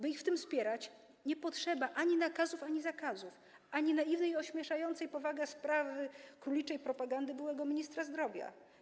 By ich w tym wspierać, nie potrzeba ani nakazów, ani zakazów, ani naiwnej, ośmieszającej powagę sprawy króliczej propagandy byłego ministra zdrowia.